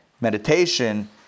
meditation